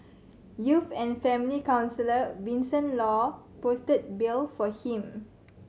youth and family counsellor Vincent Law posted bail for him